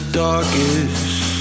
darkest